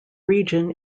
region